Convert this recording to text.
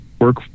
work